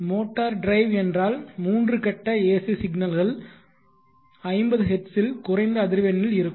motor drive என்றால் மூன்று கட்ட ஏசி சிக்னல்கள் 50 ஹெர்ட்ஸில் குறைந்த அதிர்வெண்ணில் இருக்கும்